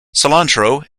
cilantro